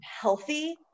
healthy